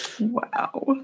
Wow